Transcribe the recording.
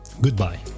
Goodbye